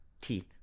teeth